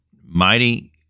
mighty